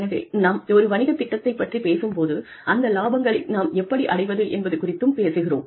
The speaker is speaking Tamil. எனவே நாம் ஒரு வணிகத் திட்டத்தைப் பற்றிப் பேசும் போது அந்த இலாபங்களை நாம் எப்படி அடைவது என்பது குறித்தும் பேசுகிறோம்